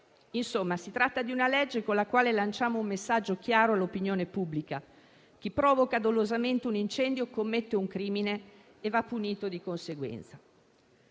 Insomma, si tratta di una legge con la quale lanciamo un messaggio chiaro all'opinione pubblica: chi provoca dolosamente un incendio commette un crimine e va punito di conseguenza.